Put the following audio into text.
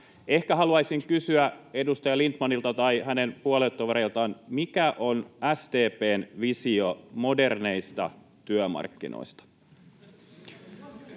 Ehkä haluaisin kysyä edustaja Lindtmanilta tai hänen puoluetovereiltaan: mikä on SDP:n visio moderneista työmarkkinoista?